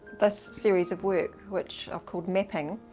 this series of work which i've called mapping,